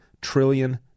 trillion